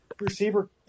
receiver